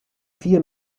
vier